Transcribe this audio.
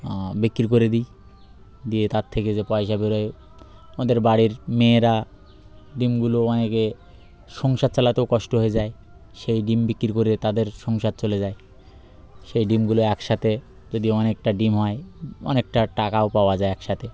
বিক্রি করে দিই দিয়ে তার থেকে যে পয়সা বেরোয় ওদের বাড়ির মেয়েরা ডিমগুলো অনেকে সংসার চালাতেও কষ্ট হয়ে যায় সেই ডিম বিক্রি করে তাদের সংসার চলে যায় সেই ডিমগুলো একসাথে যদি অনেকটা ডিম হয় অনেকটা টাকাও পাওয়া যায় একসাথে